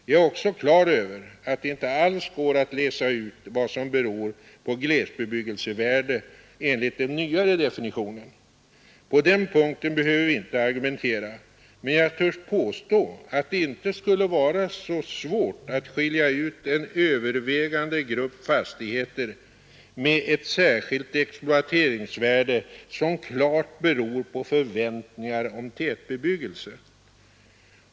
Jag är också på det klara med att det inte alls går att läsa ut vad som beror på glesbebyggelsevärde enligt den nyare definitionen. På den punkten behöver vi inte argumentera. Men jag tycks påstå att det inte skulle vara svårt att skilja ut en övervägande grupp fastigheter med ett särskilt exploateringsvärde som klart beror på förväntningar om tätbebyggelse.